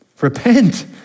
Repent